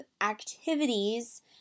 activities